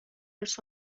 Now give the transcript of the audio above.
ارث